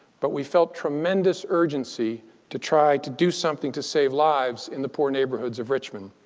but we felt tremendous urgency to try to do something to save lives in the poorer neighborhoods of richmond.